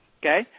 okay